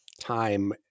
time